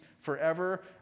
forever